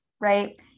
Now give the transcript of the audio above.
right